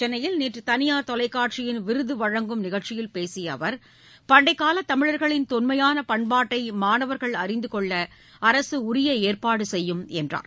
சென்னையில் நேற்று தனியார் தொலைக்காட்சியின் விருது வழங்கும் நிகழ்ச்சியில் பேசிய அவர் பண்டக்கால தமிழர்களின் தொன்மையான பண்பாட்டை மாணவர்கள் அறிந்துகொள்ள அரசு உரிய ஏற்பாடு செய்யும் என்றார்